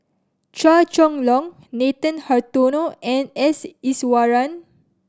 Chua Chong Long Nathan Hartono and S Iswaran